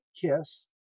kiss